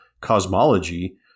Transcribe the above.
cosmology